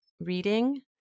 reading